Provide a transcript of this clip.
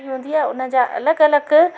उन जा अलॻि अलॻि